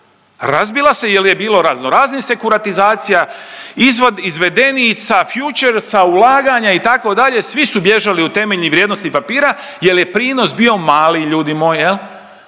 razbila se jer je bilo raznoraznih sekuratizacija, izvedenica, fjučersa, ulaganja itd. svi su bježali od temeljnih vrijednosnih papira jer je prinos mali ljudi moji. I